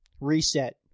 reset